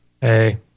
Hey